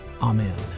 Amen